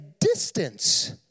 distance